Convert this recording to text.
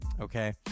Okay